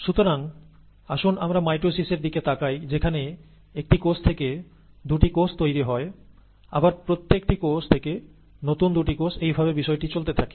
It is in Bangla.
সুতরাং আসুন আমরা মাইটোসিসের দিকে তাকাই যেখানে একটি কোষ থেকে দুটি কোষ তৈরি হয় আবার প্রত্যেকটি কোষ থেকে নতুন দুটি কোষ এইভাবে বিষয়টি চলতে থাকে